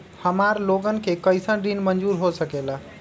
हमार लोगन के कइसन ऋण मंजूर हो सकेला?